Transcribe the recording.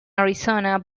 arizona